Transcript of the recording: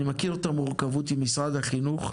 אני מכיר את המורכבות עם משרד החינוך,